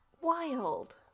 Wild